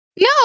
no